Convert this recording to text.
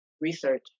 research